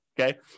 Okay